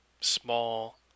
small